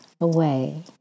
away